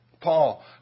Paul